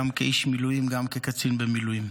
גם כאיש מילואים גם כקצין במילואים.